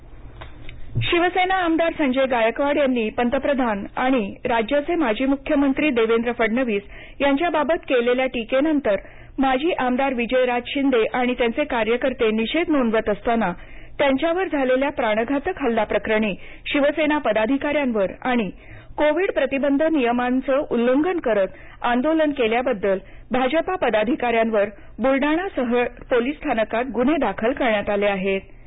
आंदोलन ग्न्हे शिवसेना आमदार संजय गायकवाड यांनी पंतप्रधान आणि राज्याचे माजी मुखमंत्री देवेंद्र फडणवीस यांच्या बाबत केलेल्या टिकेनंतर माजी आमदार विजयराज शिंदे आणि त्यांचे कार्यकर्ते निषेध नोंदवित असताना त्यांच्यावर झालेल्या प्राणघातक हल्लाप्रकरणी शिवसेना पदाधिकाऱ्यांवर आणि कोविड प्रतिबंध नियम उल्लघन करत आंदोलन केल्याबद्दल भाजपा पदाधिकाऱ्यांवर बुलडाणा शहर पोलीस स्थानकात गुन्हे दाखल करण्यात आले आहेंत